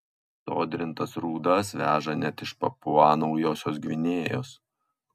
sodrintas rūdas veža net iš papua naujosios gvinėjos